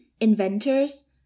inventors